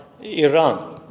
Iran